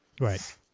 Right